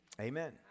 Amen